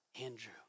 Andrew